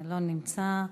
לא נמצא.